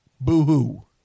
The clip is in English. boo-hoo